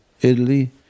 Italy